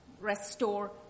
restore